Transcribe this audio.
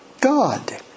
God